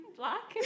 black